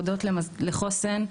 הודות לחוסן,